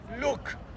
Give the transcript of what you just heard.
Look